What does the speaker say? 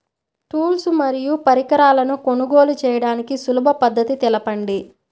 Tools మరియు పరికరాలను కొనుగోలు చేయడానికి సులభ పద్దతి తెలపండి?